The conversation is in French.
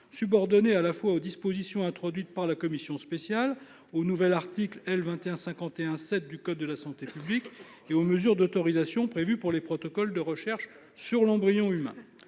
subordonnée à la fois aux dispositions introduites par la commission spéciale au nouvel article L. 2151-7 du code de la santé publique et aux mesures d'autorisation prévues pour les protocoles de recherche sur l'embryon humain.